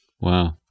wow